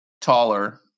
taller